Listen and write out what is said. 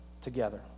together